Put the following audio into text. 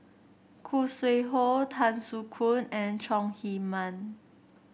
Khoo Sui Hoe Tan Soo Khoon and Chong Heman